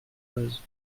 creuse